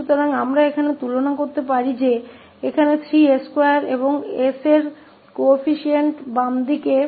इसलिए हम यहां तुलना कर सकते हैं क्योंकि यहां 3s2 और s का गुणांक बाईं ओर 0 है और फिर हमारे पास 28 है